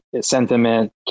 sentiment